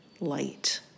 light